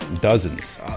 dozens